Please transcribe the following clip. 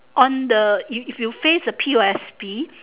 on the if if you face the P_O_S_B